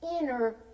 inner